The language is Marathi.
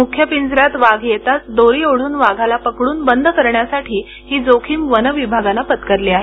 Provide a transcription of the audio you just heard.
मुख्य पिंजऱ्यात वाघ येताच दोरी ओढून वाघाला पकडण्यासाठी बंद करण्यासाठी ही जोखीम वनविभागानं पत्करली आहे